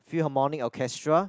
few harmonic orchestra